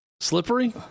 slippery